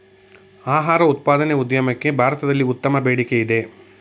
ಆಹಾರ ಉತ್ಪಾದನೆ ಉದ್ಯಮಕ್ಕೆ ಭಾರತದಲ್ಲಿ ಉತ್ತಮ ಬೇಡಿಕೆಯಿದೆ